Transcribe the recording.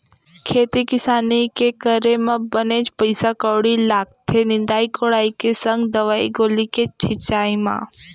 खेती किसानी के करे म बनेच पइसा कउड़ी लागथे निंदई कोड़ई के संग दवई गोली के छिंचाई म